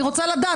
אני רוצה לדעת.